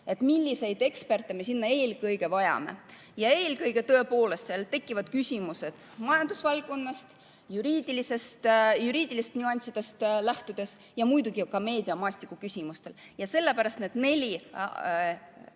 milliseid eksperte me sinna eelkõige vajame. Eelkõige tekivad seal tõepoolest küsimused majandusvaldkonnast, juriidilistest nüanssidest lähtudes ja muidugi ka meediamaastiku küsimustes. Sellepärast need neli